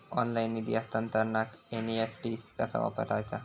Online निधी हस्तांतरणाक NEFT कसा वापरायचा?